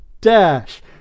Dash